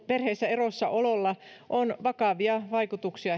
perheestä erossa ololla on vakavia vaikutuksia